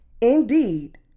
Indeed